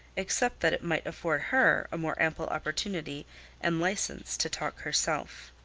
except that it might afford her a more ample opportunity and license to talk herself.